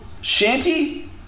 shanty